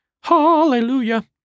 Hallelujah